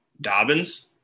Dobbins